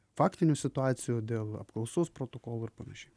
faktinių situacijų dėl apklausos protokolų ir panašiai